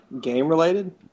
Game-related